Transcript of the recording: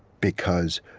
because,